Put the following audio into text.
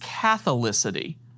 Catholicity